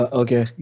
okay